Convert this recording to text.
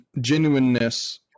genuineness